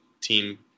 team –